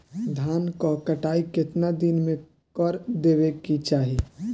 धान क कटाई केतना दिन में कर देवें कि चाही?